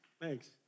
thanks